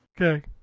Okay